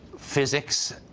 physics,